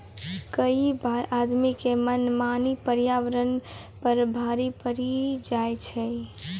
कई बार आदमी के मनमानी पर्यावरण पर बड़ा भारी पड़ी जाय छै